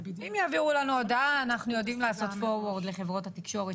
אם יעבירו לנו הודעה אנחנו יודעים לעשות פורוורד לחברות התקשורת.